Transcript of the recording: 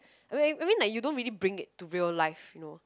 I mean I mean like you don't really bring it to real life you know